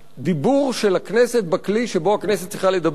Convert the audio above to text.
דיבור של הכנסת בכלי שבו הכנסת צריכה לדבר,